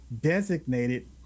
designated